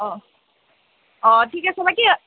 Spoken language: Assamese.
অঁ অঁ ঠিক আছে বাকী